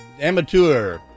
amateur